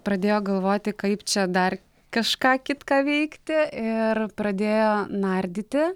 pradėjo galvoti kaip čia dar kažką kitką veikti ir pradėjo nardyti